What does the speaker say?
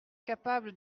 capable